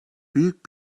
büyük